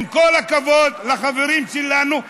עם כל הכבוד לחברים שלנו,